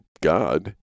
God